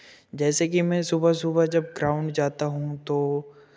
जैसे कि मैं सुबह सुबह जब ग्राउन्ड जाता हूँ तो